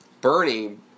Bernie